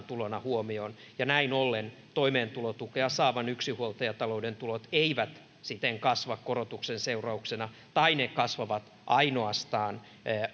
tulona huomioon ja näin ollen toimeentulotukea saavan yksinhuoltajatalouden tulot eivät siten kasva korotuksen seurauksena tai ne kasvavat ainoastaan